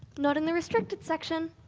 not in the restricted section.